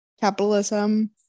capitalism